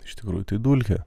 iš tikrųjų tai dulkė